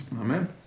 Amen